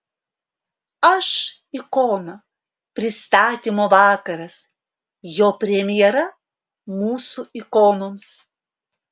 aš ikona pristatymo vakaras jo premjera mūsų ikonoms